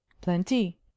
Plenty